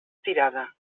tirada